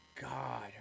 God